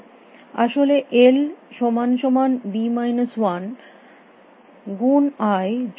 আসলে এল সমান সমান বি মাইনাস ওয়ান গুণ আই যোগ ওয়ান